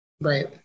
Right